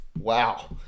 wow